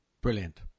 Brilliant